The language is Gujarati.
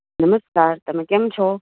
નમસ્કાર તમે કેમ છો